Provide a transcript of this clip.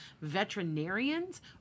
veterinarians